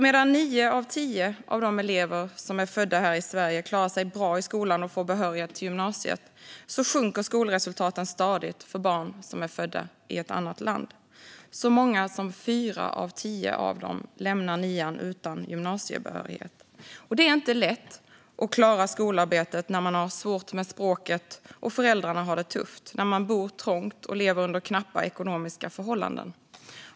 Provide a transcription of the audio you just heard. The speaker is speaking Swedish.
Medan nio av tio av de elever som är födda här i Sverige klarar sig bra i skolan och får behörighet till gymnasiet sjunker skolresultaten stadigt för barn som är födda i ett annat land. Så många som fyra av tio av dem lämnar nian utan gymnasiebehörighet. Det är inte lätt att klara skolarbetet när man har svårt med språket, när föräldrarna har det tufft och när man bor trångt och lever under knappa ekonomiska förhållanden.